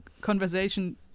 conversation